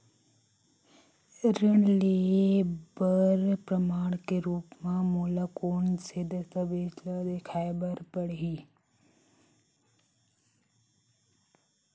ऋण लिहे बर प्रमाण के रूप मा मोला कोन से दस्तावेज ला देखाय बर परही?